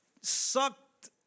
sucked